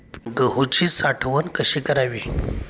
गहूची साठवण कशी करावी?